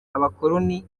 abakoloni